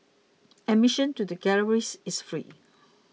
admission to the galleries is free